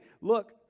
look